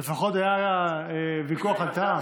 לפחות זה היה ויכוח על טעם.